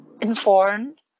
informed